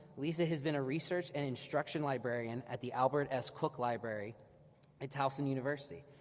lisa has been a research and instruction librarian at the albert s. cook library at towson university,